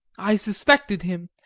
i suspected him,